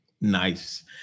Nice